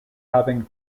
having